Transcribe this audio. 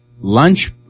lunch